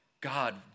God